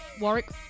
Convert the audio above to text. Warwick